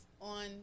on